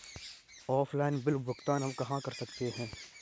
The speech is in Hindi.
ऑफलाइन बिल भुगतान हम कहां कर सकते हैं?